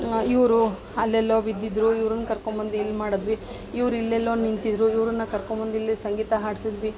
ಇವರು ಅಲ್ಲೆಲ್ಲೋ ಬಿದ್ದಿದ್ದರು ಇವ್ರುನ್ನ ಕರ್ಕೊಂಬಂದು ಇಲ್ಲಿ ಮಾಡಿದ್ವಿ ಇವರಿಲ್ಲೆಲ್ಲೊ ನಿಂತಿದ್ದರು ಇವರನ್ನ ಕರ್ಕೊಂಬಂದು ಇಲ್ಲಿ ಸಂಗೀತ ಹಾಡಿಸಿದ್ವಿ